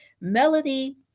Melody